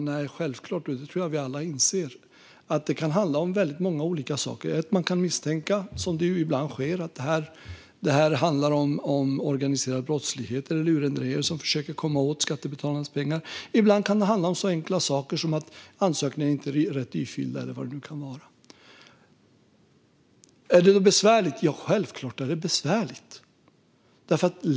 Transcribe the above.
Nej, givetvis inte, och jag tror att vi alla inser att skälen kan vara flera. Man kan misstänka att det handlar om organiserad brottslighet eller lurendrejare som försöker komma åt skattebetalarnas pengar. Ibland kan det handla om något så enkelt som att ansökningen inte är rätt ifylld. Är detta besvärligt? Ja, självfallet är det besvärligt.